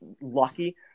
lucky –